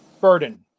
burden